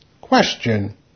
Question